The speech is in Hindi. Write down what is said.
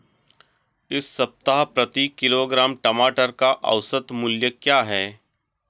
इस सप्ताह प्रति किलोग्राम टमाटर का औसत मूल्य क्या है?